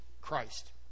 Christ